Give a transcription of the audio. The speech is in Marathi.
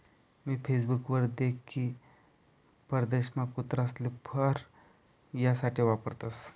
मी फेसबुक वर देख की परदेशमा कुत्रासले फर यासाठे वापरतसं